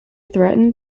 threatened